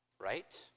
right